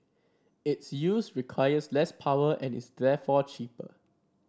its use requires less power and is therefore cheaper